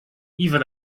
even